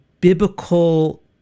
biblical